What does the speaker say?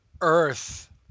Earth